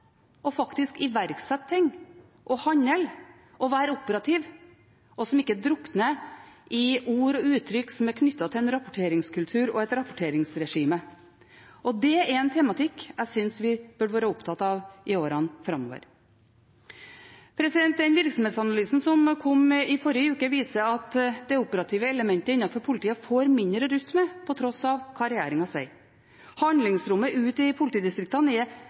og faktisk iverksetter ting, handler og er operative, og som ikke drukner i ord og uttrykk som er knyttet til en rapporteringskultur og et rapporteringsregime. Det er en tematikk jeg synes vi burde være opptatt av i årene framover. Den virksomhetsanalysen som kom i forrige uke, viser at det operative elementet innenfor politiet får mindre å rutte med, til tross for hva regjeringen sier. Handlingsrommet ute i politidistriktene er redusert med om lag en halv milliard fra 2013 til 2016, og det er